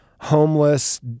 homeless